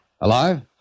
Alive